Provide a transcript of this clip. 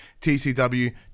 TCW